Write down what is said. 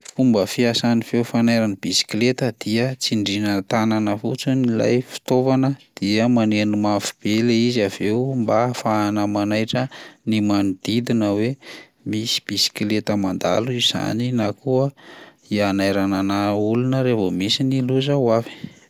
Fomba fiasan'ny feo fanairan'ny bisikleta dia: tsindriana tanana fotsiny ilay fitaovana dia maneno mafy be ilay izy avy eo mba hahafahana manaitra ny manodidina hoe misy bisikleta mandalo izany na koa i- hanairana na olona raha vao misy ny loza ho avy.